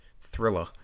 thriller